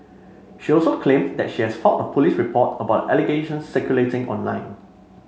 she also claimed that she has filed a police report about the allegations circulating online